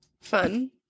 fun